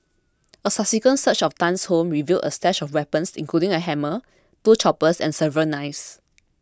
a subsequent search of Tan's home revealed a stash of weapons including a hammer two choppers and several knives